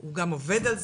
והוא עובד על זה.